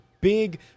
big